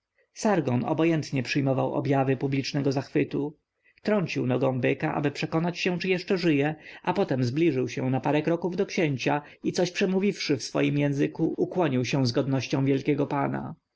obojętnie przyjmował objawy publicznego zachwytu trącił nogą byka aby przekonać się czy jeszcze żyje a potem zbliżył się na parę kroków do księcia i coś przemówiwszy w swoim języku ukłonił się z godnością wielkiego pana